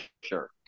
sure